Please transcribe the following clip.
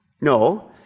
No